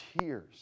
tears